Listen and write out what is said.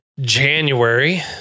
January